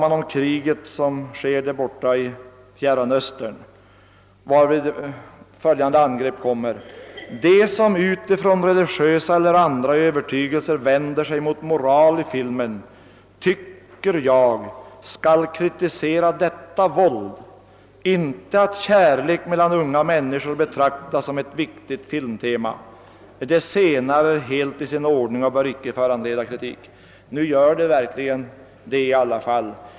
Dessutom talade han om kriget i Fjärran Östern, varvid följande angrepp kom: »De som utifrån religiösa eller andra övertygelser vänder sig mot moral i filmen tycker jag skall kritisera detta våld, inte att kärlek mellan unga människor betraktas som ett viktigt filmtema. Det senare är helt i sin ordning och bör icke föranleda kritik.» Nu gör det verkligen det i alla fall.